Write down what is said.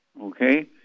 Okay